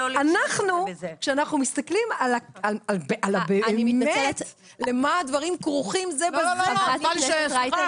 כשאנחנו מסתכלים על הבאמת למה הדברים כרוכים זה בזה --- סליחה,